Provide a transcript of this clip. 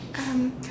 um